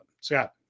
Scott